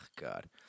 God